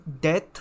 death